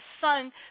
son